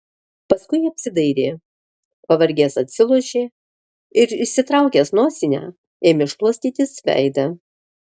paskui apsidairė pavargęs atsilošė ir išsitraukęs nosinę ėmė šluostytis veidą